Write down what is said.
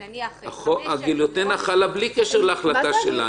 נניח --- הגיליוטינה חלה בלי קשר להחלטה שלנו.